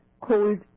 cold